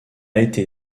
été